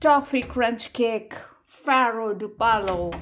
toffee crunch cake Ferrero Duplo